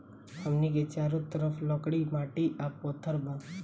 हमनी के चारो तरफ लकड़ी माटी आ पत्थर बा